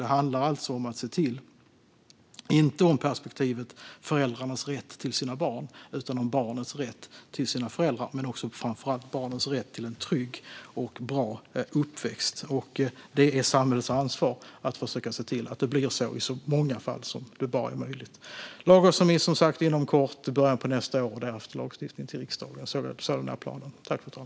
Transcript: Det handlar inte om föräldrarnas rätt till sina barn utan om barnets rätt till sina föräldrar och framför allt barnets rätt till en trygg och bra uppväxt. Det är samhällets ansvar att försöka se till att det blir så i så många fall som det bara är möjligt. Lagrådets remiss kommer sagt inom kort, i början av nästa år, och därefter kommer lagstiftning till riksdagen. Sådan är planen.